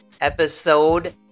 Episode